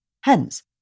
Hence